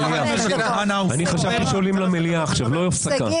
אני חשבתי שעולים למליאה עכשיו, לא להפסקה.